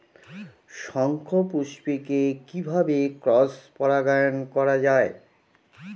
শঙ্খপুষ্পী কে কিভাবে ক্রস পরাগায়ন করা যায়?